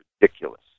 ridiculous